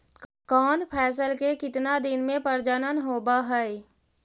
कौन फैसल के कितना दिन मे परजनन होब हय?